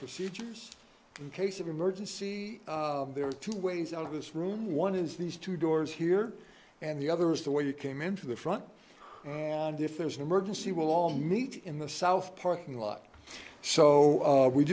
procedures in case of emergency there are two ways out of this room one is these two doors here and the other is the way you came in from the front and if there's an emergency we'll all meet in the south parking lot so